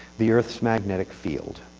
the earth's magnetic field.